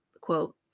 quote